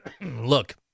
Look